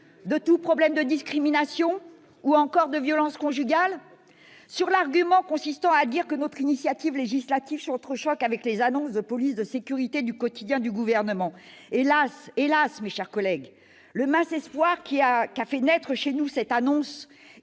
de tout problème de discriminations, ou encore de violences conjugales ? Un autre argument consiste à dire que notre initiative législative s'entrechoque avec la police de sécurité du quotidien, la PSQ, annoncée par le Gouvernement. Hélas, mes chers collègues, le mince espoir qu'a fait naître chez nous cette annonce